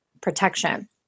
protection